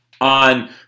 on